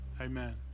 amen